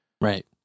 Right